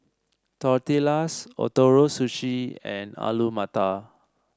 Tortillas Ootoro Sushi and Alu Matar